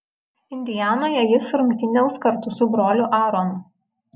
indianoje jis rungtyniaus kartu su broliu aaronu